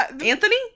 Anthony